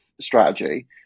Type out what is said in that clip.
strategy